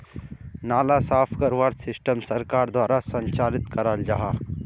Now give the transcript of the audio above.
नाला साफ करवार सिस्टम सरकार द्वारा संचालित कराल जहा?